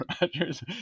Rodgers